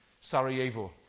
Sarajevo